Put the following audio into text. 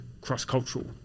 cross-cultural